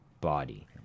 body